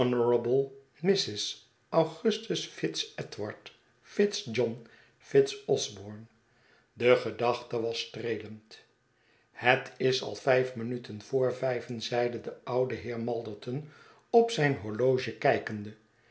augustus fitzedward fitz john fitz dsborne i de gedachte was streelend het is al vijf minuten voor vijven zeide de oude heer malderton op zijn horloge kijkende